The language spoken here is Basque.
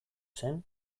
zen